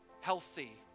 healthy